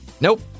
Nope